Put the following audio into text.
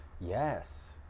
Yes